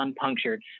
unpunctured